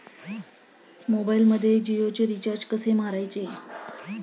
मोबाइलमध्ये जियोचे रिचार्ज कसे मारायचे?